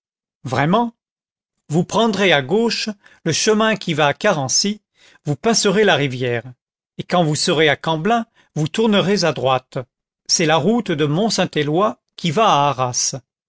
vraiment vous prendrez à gauche le chemin qui va à carency vous passerez la rivière et quand vous serez à camblin vous tournerez à droite c'est la route de mont saint éloy qui va à arras